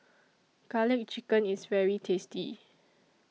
Garlic Chicken IS very tasty